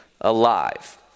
alive